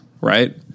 right